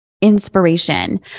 inspiration